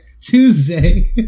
Tuesday